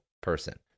person